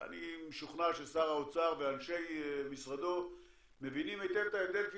אני משוכנע ששר האוצר ואנשי משרדו מבינים היטב את ההבדל,